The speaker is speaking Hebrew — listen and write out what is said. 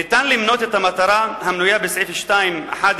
ניתן למנות את המטרה המנויה בסעיף 2(11)